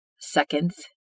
seconds